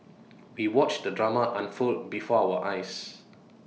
we watched the drama unfold before our eyes